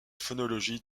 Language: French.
phonologie